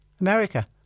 America